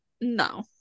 No